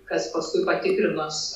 kas paskui patikrinus